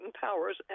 powers